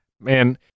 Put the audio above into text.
man